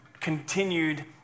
continued